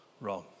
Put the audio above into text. wrong